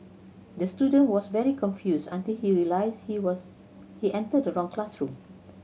the student was very confused until he realised he was he entered the wrong classroom